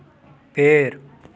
पेड़